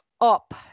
up